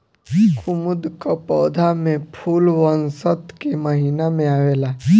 कुमुद कअ पौधा में फूल वसंत के महिना में आवेला